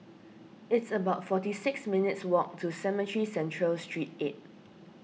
it's about forty six minutes' walk to Cemetry Central Street eight